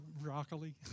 broccoli